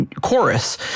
chorus